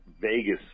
Vegas